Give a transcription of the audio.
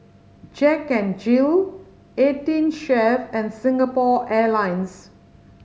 Jack N Jill Eighteen Chef and Singapore Airlines